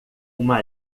uma